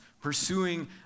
pursuing